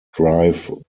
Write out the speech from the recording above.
drive